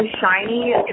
Shiny